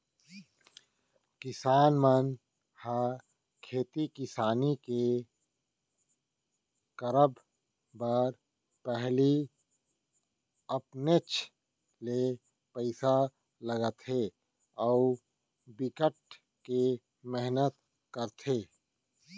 किसान मन ह खेती किसानी के करब बर पहिली अपनेच ले पइसा लगाथे अउ बिकट के मेहनत करथे